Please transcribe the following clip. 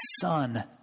Son